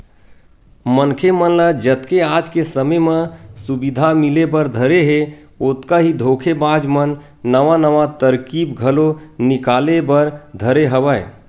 मनखे मन ल जतके आज के समे म सुबिधा मिले बर धरे हे ओतका ही धोखेबाज मन नवा नवा तरकीब घलो निकाले बर धरे हवय